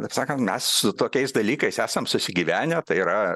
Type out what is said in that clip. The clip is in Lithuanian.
kaip sakant mes su tokiais dalykais esam susigyvenę tai yra